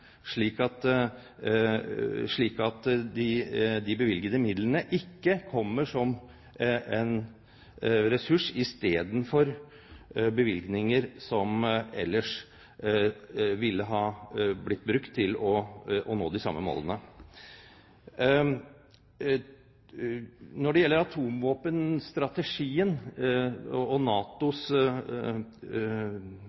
slik at de bevilgede midlene ikke kommer som en ressurs i stedet for bevilgninger som ellers ville ha blitt brukt for å nå de samme målene. Når det gjelder atomvåpenstrategien og